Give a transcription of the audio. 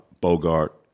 Bogart